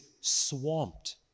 swamped